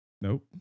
Nope